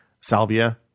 Salvia